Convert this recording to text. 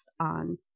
on